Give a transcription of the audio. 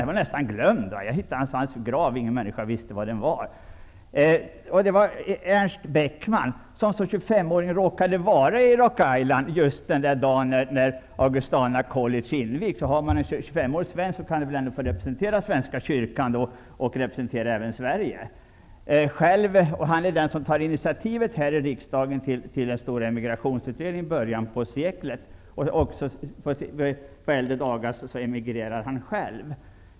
Han var nästan glömd; jag hittade hans grav, trots att ingen visste var den låg. Ernst Beckman råkade som 25-åring vara i Rock Island den dag när Augustana College invigdes, och han fick då representera Sverige och Svenska kyrkan. Beckman var den som här i riksdagen tog initiativet till den stora emigrationsutredningen i början av seklet, och på äldre dagar emigrerade han själv.